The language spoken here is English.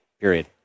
period